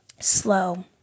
slow